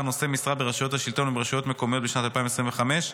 נושאי משרה ברשויות השלטון וברשויות מקומיות בשנת 2025,